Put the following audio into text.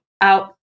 out